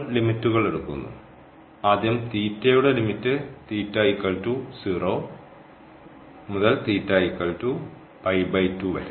ലിമിറ്റ്കൾ എടുക്കുന്നു ആദ്യം θ യുടെ ലിമിറ്റ് θ 0 മുതൽ വരെ